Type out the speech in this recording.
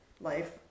life